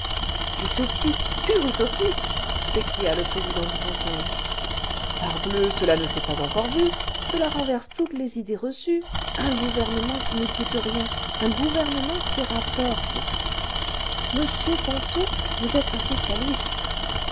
utopie pure utopie s'écria le président du conseil parbleu cela ne s'est pas encore vu cela renverse toutes les idées reçues mrgouvernement qui ne coûte rien un gouvernement qui rapporte monsieur ponto vous êtes un socialiste